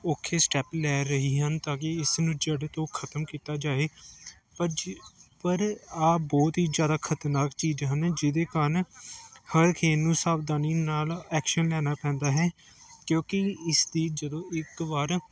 ਔਖੇ ਸਟੈਪ ਲੈ ਰਹੀ ਹਨ ਤਾਂ ਕਿ ਇਸ ਨੂੰ ਜੜ ਤੋਂ ਖਤਮ ਕੀਤਾ ਜਾਏ ਪਰ ਜ ਪਰ ਆਹ ਬਹੁਤ ਹੀ ਜ਼ਿਆਦਾ ਖਤਰਨਾਕ ਚੀਜ਼ ਹਨ ਜਿਹਦੇ ਕਾਰਨ ਹਰ ਕਿਸੇ ਨੂੰ ਸਾਵਧਾਨੀ ਨਾਲ ਐਕਸ਼ਨ ਲੈਣਾ ਪੈਂਦਾ ਹੈ ਕਿਉਂਕਿ ਇਸਦੀ ਜਦੋਂ ਇੱਕ ਵਾਰ